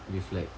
with like